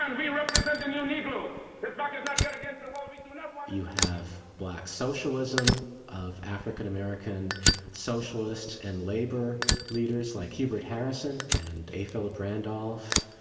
and we represent and yeah an evil that does not get against the wall, we do not what you have black socialism of african-american socialists and labor leaders like hubert harrison and a philip randolph.